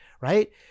right